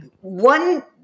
One